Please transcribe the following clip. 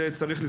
הנטייה של